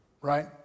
right